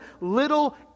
little